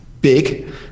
big